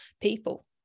people